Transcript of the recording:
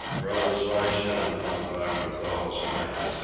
brought his lash down upon buck with all his might.